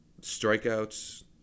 Strikeouts